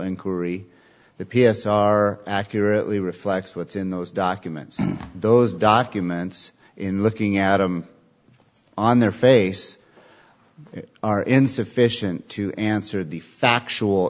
inquiry the p s r accurately reflects what's in those documents those documents in looking at them on their face are insufficient to answer the factual